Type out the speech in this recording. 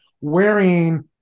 wearing